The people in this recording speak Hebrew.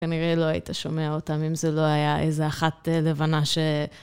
כנראה לא היית שומע אותם אם זה לא היה איזה אחת לבנה ש...